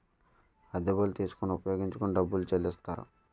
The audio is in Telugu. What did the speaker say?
అద్దె బళ్ళు తీసుకొని ఉపయోగించుకొని డబ్బులు చెల్లిస్తారు